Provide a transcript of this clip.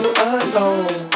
alone